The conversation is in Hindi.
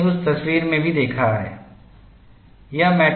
हमने उस तस्वीर में भी देखा है